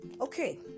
Okay